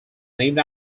named